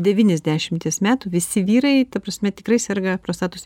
devyniasdešimties metų visi vyrai ta prasme tikrai serga prostatos